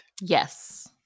Yes